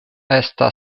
estas